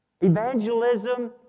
Evangelism